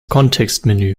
kontextmenü